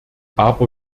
aber